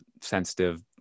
sensitive